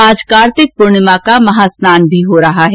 आज कार्तिक पूर्णिमा का महा स्नान भी हो रहा है